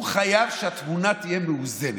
הוא חייב שהתמונה תהיה מאוזנת.